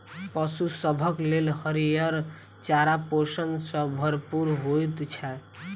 पशु सभक लेल हरियर चारा पोषण सॅ भरपूर होइत छै